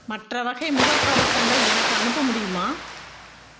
மற்ற வகை முகக்கவசங்கள் எனக்கு அனுப்ப முடியுமா